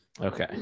Okay